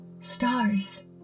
stars